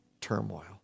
turmoil